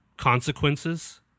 consequences